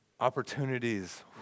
Opportunities